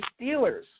Steelers